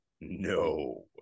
No